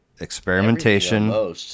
experimentation